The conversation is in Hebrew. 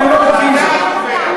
אתם לא קובעים זאת.